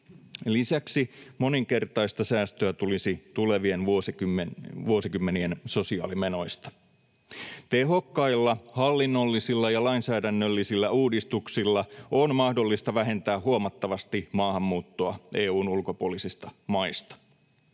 Lisäksi moninkertaista säästöä tulisi tulevien vuosikymmenien sosiaalimenoista. Tehokkailla hallinnollisilla ja lainsäädännöllisillä uudistuksilla on mahdollista vähentää huomattavasti maahanmuuttoa EU:n ulkopuolisista maista.